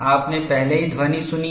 आपने पहले ही ध्वनि सुनी है